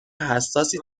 حساسی